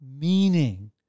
meaning